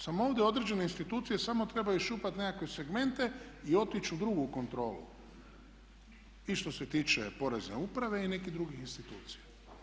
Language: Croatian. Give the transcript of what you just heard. Samo ovdje određene institucije samo trebaju iščupat nekakve segmente i otići u drugu kontrolu i što se tiče Porezne uprave i nekih drugih institucija.